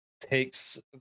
takes